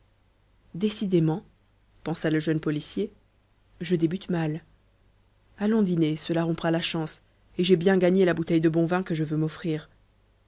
décidément pensa le jeune policier je débute mal allons dîner cela rompra la chance et j'ai bien gagné la bouteille de bon vin que je veux m'offrir